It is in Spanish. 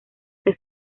que